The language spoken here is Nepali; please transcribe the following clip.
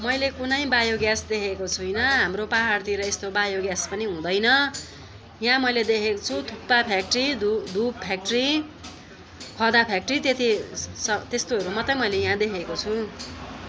मैले कुनै बायोग्यास देखेको छुइनँ हाम्रो पाहाडतिर यस्तो बायोग्यास पनि हुँदैन यहाँ मैले देखेको छु थुक्पा फ्याक्ट्री धु धुप फ्याक्ट्री खदा फ्याक्ट्री त्यति स त्यस्तोहरू मात्रै मैले यहाँ देखेको छु